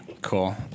cool